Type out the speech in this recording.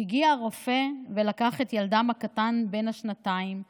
הגיע רופא, ולקח את ילדם הקטן בן השנתיים סאלם,